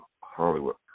Hollywood